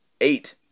eight